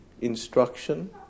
instruction